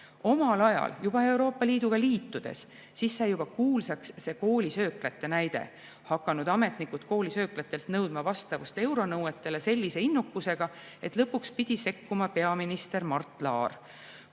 Omal ajal, juba Euroopa Liiduga liitudes, sai juba kuulsaks koolisööklate näide: hakanud ametnikud koolisööklatelt nõudma vastavust euronõuetele sellise innukusega, et lõpuks pidi sekkuma peaminister Mart Laar.